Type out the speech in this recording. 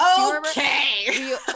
Okay